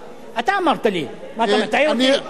לא בחוק הזה,